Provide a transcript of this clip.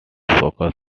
focus